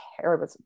terrible